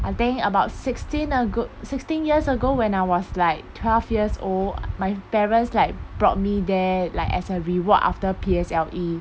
I think about sixteen ago sixteen years ago when I was like twelve years old my parents like brought me there like as a reward after P_S_L_E